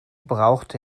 braucht